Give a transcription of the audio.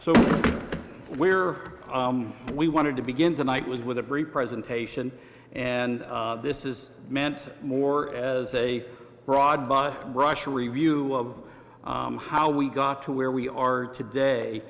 so we're we wanted to begin tonight was with a brief presentation and this is meant more as a broad brush review of how we got to where we are today